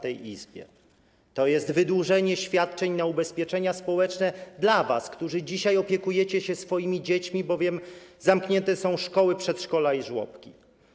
To jest wydłużenie świadczeń na ubezpieczenia społeczne dla was, którzy dzisiaj opiekujecie się swoimi dziećmi, bowiem zamknięte są szkoły, przedszkola i żłobki.